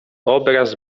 obraz